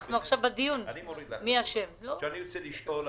אני רוצה לשאול,